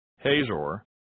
Hazor